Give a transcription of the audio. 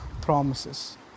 promises